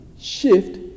shift